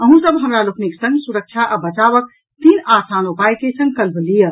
अहूँ सभ हमरा लोकनिक संग सुरक्षा आ बचावक तीन आसान उपाय के संकल्प लियऽ